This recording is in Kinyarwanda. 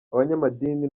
abanyamadini